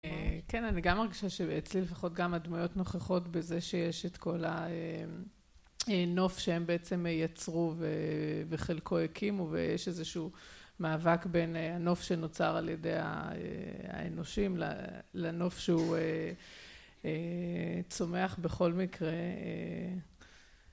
כן אני גם מרגישה שאצלי לפחות גם הדמויות נוכחות בזה שיש את כל הנוף שהם בעצם יצרו וחלקו הקימו ויש איזשהו מאבק בין הנוף שנוצר על ידי האנושים לנוף שהוא צומח בכל מקרה